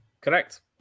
Correct